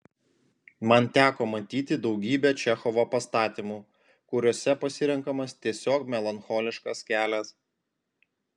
man teko matyti daugybę čechovo pastatymų kuriuose pasirenkamas tiesiog melancholiškas kelias